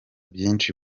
byinshi